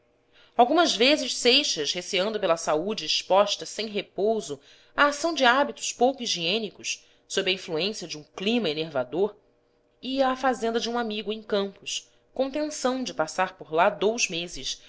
algumas vezes seixas receando pela saúde exposta sem repouso à ação de hábitos pouco higiênicos sob a influência de um clima enervador ia à fazenda de um amigo em campos com tenção de passar por lá dous meses